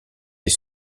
les